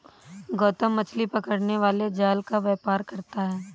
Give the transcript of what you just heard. गौतम मछली पकड़ने वाले जाल का व्यापार करता है